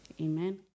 Amen